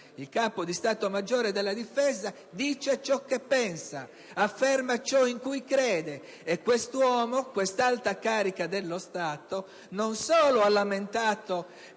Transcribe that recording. Il Capo di Stato maggiore della Difesa dice ciò che pensa. Afferma ciò in cui crede. Quest'uomo, questa alta carica dello Stato non solo ha lamentato